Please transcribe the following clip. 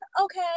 Okay